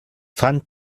pfand